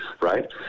right